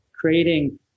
creating